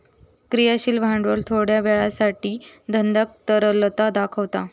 क्रियाशील भांडवल थोड्या वेळासाठी धंद्यात तरलता दाखवता